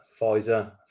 Pfizer